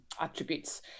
attributes